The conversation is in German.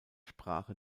sprache